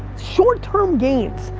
short term gains.